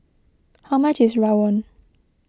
how much is Rawon